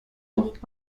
doch